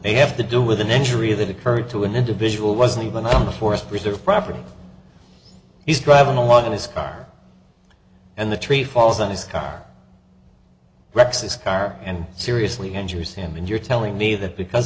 may have to do with an injury that occurred to an individual wasn't even on the forest preserve property he's driving along in his car and the tree falls on his car wrecks his car and seriously injured him and you're telling me that because